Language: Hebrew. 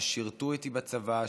ששירתו איתי בצבא,